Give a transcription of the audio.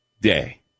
day